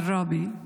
עראבה.